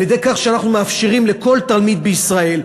על-ידי כך שאנחנו מאפשרים לכל תלמיד בישראל,